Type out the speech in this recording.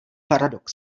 paradox